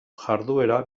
jarduera